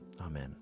Amen